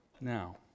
Now